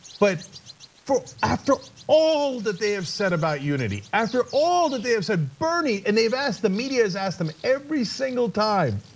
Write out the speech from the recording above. but for after all that they have said about unity. after all that they have said, bernie, and they've asked, the media have asked them every single time.